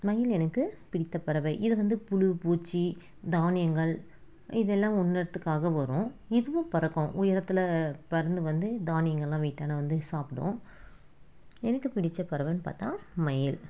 மயில் எனக்கு பிடித்த பறவை இது வந்து புழு பூச்சி தானியங்கள் இதெல்லாம் உண்ணுவதுக்காக வரும் இதுவும் பறக்கும் உயரத்தில் பறந்து வந்து தானியங்களெலாம் வீட்டாண்ட வந்து சாப்பிடும் எனக்கு பிடித்த பறவைன்னு பார்த்தா மயில்